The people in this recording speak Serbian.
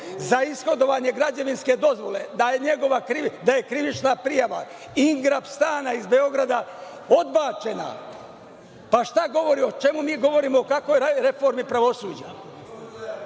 za ishodovanje građevinske dozvole, da je krivična prijava „Ingrap stana“ iz Beograda odbačena, pa o čemu mi govorimo, o kakvoj dalje reformi pravosuđa?